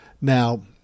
Now